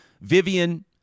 Vivian